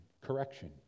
correction